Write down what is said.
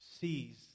sees